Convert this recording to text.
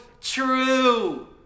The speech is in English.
true